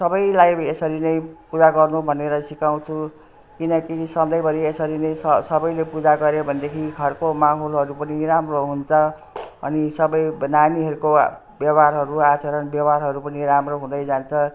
सबैलाई यसरी नै पूजा गर्नु भनेर सिकाउँछु किनकि सधैँभरि यसरी नै स सबैले पूजा गर्यो भनेदेखि घरको माहौलहरू पनि राम्रो हुन्छ अनि सबै नानीहरूको व्यवहारहरू आचरण व्यवहारहरू पनि राम्रो हुँदै जान्छ